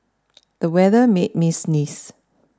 the weather made me sneeze